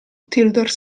tildor